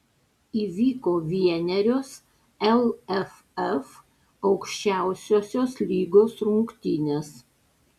įvyko vienerios lff aukščiausiosios lygos rungtynės